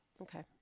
Okay